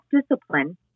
discipline